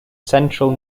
central